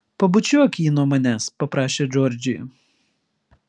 pabučiuok jį nuo manęs paprašė džordžija